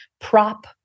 prop